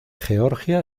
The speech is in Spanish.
georgia